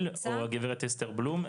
מר הראל קנדל או הגברת אסתר בלום.